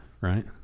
right